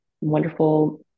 wonderful